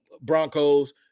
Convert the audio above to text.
Broncos